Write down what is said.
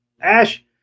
Ash